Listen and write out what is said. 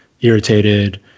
irritated